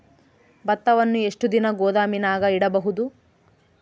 ಭತ್ತವನ್ನು ಎಷ್ಟು ದಿನ ಗೋದಾಮಿನಾಗ ಇಡಬಹುದು?